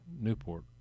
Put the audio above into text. Newport